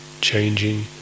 changing